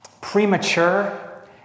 premature